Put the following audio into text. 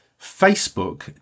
Facebook